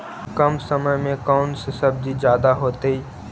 कम समय में कौन से सब्जी ज्यादा होतेई?